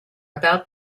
about